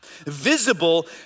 visible